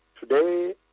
Today